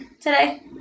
today